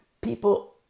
people